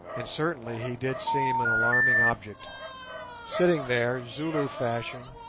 and certainly he did seem an alarming object sitting there, zulu fashion,